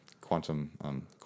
quantum